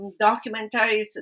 documentaries